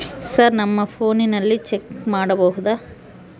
Sir ನಮ್ಮ ಫೋನಿನಲ್ಲಿ check ಮಾಡಬಹುದಾ?